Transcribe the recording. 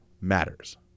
matters